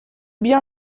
bien